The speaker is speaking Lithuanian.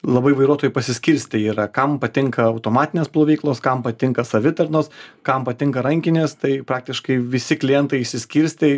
labai vairuotojai pasiskirstę yra kam patinka automatinės plovyklos kam patinka savitarnos kam patinka rankinės tai praktiškai visi klientai išsiskirstė